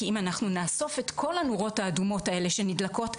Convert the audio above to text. כי אם אנחנו נאסוף את כל הנורות האדומות האלה שנדלקות,